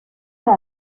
era